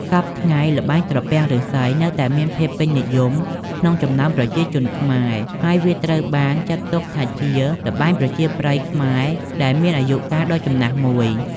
សព្វថ្ងៃ ល្បែងត្រពាំងឬស្សីនៅតែមានភាពពេញនិយមក្នុងចំណោមប្រជាជនខ្មែរ ហើយវាត្រូវបានចាត់ទុកថាជាល្បែងប្រជាប្រិយខ្មែរដែលមានអាយុកាលដ៏ចំណាស់មួយ។